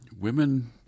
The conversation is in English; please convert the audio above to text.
women